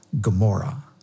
Gomorrah